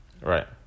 Right